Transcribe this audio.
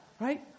right